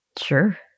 Sure